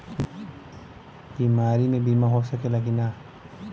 बीमारी मे बीमा हो सकेला कि ना?